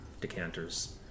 decanters